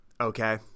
Okay